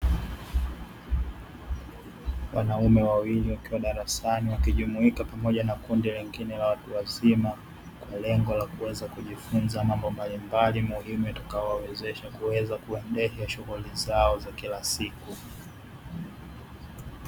Wanaume wawili wakiwa darasani wakijumuika pamoja na kundi lingine la watu wazima, kwa lengo litakalowawezesha kujifunza Mambo mbalimbaali muhimu yatakayowawezesha kuendesha shughuli zao za kila siku.